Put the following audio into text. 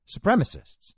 supremacists